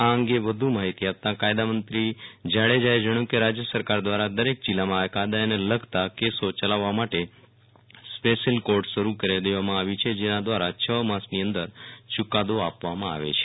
આ અંગે વધુ માહિતી આપતા કાયદા મંત્રી જાડેજાએ જણાવ્યું કે રાજય સરકાર દ્વારા દરેક જિલ્લામાં આ કાયદાને લગતા કેસો ચલાવવા માટે સપેશીયલ કોર્ટ શરૂ કરી દેવામાં આવી છે જેના દ્વારા છ માસની અંદર ચુકાદો આપવામાં આવે છે